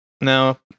No